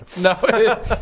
No